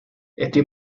estoy